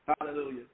Hallelujah